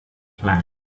flash